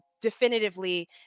definitively